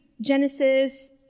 Genesis